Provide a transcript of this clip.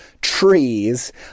trees